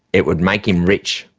it would make him rich.